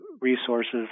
resources